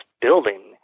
building